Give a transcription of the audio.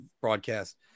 broadcast